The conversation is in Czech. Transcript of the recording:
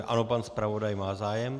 Ano, pan zpravodaj má zájem.